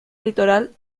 litoral